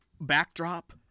backdrop